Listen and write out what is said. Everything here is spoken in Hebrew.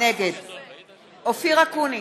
נגד אופיר אקוניס,